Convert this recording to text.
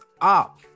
up